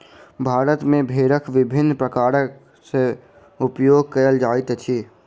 भारत मे भेड़क विभिन्न प्रकार सॅ उपयोग कयल जाइत अछि